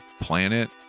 planet